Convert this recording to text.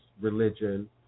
religion